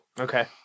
Okay